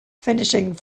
finishing